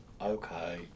Okay